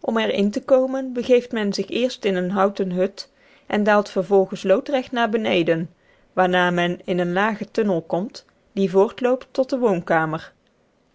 om er in te komen begeeft men zich eerst in een houten hut en daalt vervolgens loodrecht naar beneden waarna men in een lage tunnel komt die voortloopt tot de woonkamer